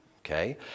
Okay